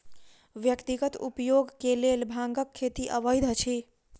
व्यक्तिगत उपयोग के लेल भांगक खेती अवैध अछि